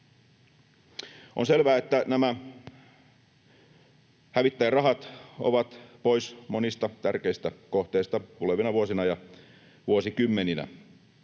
On selvää, että nämä hävittäjärahat ovat pois monista tärkeistä kohteista tulevina vuosina ja vuosikymmeninä: